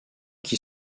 qui